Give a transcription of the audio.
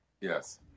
Yes